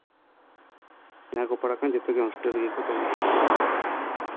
ᱡᱟᱦᱟᱸᱭ ᱠᱚ ᱯᱟᱲᱦᱟᱜ ᱠᱟᱱᱟ ᱡᱚᱛᱚᱜᱮ ᱦᱚᱥᱴᱮᱞ ᱨᱮᱠᱚ ᱛᱟᱦᱮᱱ ᱠᱟᱱᱟ